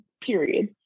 period